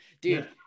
Dude